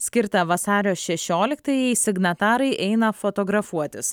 skirtą vasario šešioliktajai signatarai eina fotografuotis